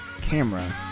camera